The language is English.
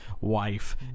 wife